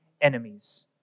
enemies